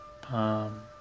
palm